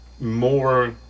more